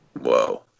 whoa